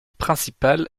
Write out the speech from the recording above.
principale